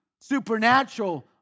supernatural